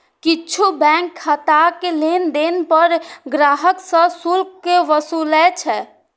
किछु बैंक खाताक लेनदेन पर ग्राहक सं शुल्क वसूलै छै